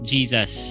Jesus